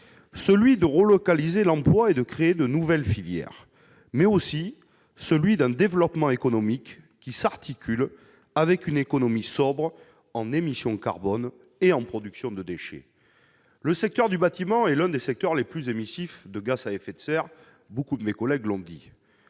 de relocaliser l'emploi et de créer de nouvelles filières et elle favoriserait un développement économique s'articulant avec une économie sobre en émissions de carbone et en production de déchets. Le secteur du bâtiment est en effet l'un des secteurs les plus émissifs de gaz à effet de serre, beaucoup de mes collègues l'ont dit.